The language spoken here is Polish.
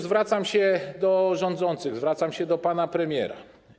Zwracam się do rządzących, zwracam się do pana premiera.